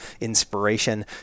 inspiration